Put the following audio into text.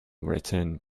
written